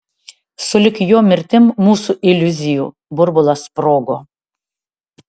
sulig jo mirtim mūsų iliuzijų burbulas sprogo